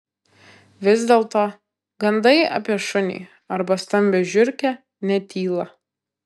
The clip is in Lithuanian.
vis dėlto gandai apie šunį arba stambią žiurkę netyla